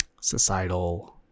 societal